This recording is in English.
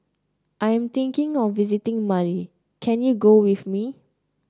I'm thinking of visiting Mali can you go with me